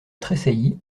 tressaillit